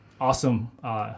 awesome